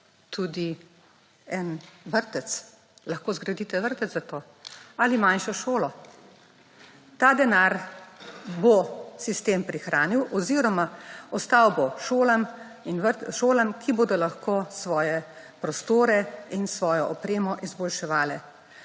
tudi eden vrtec, lahko zgradite vrtec za to ali manjšo šolo? Ta denar bo sistem prihranil oziroma ostal bo šolam, ki bodo lahko prostore in svojo opremo izboljševale.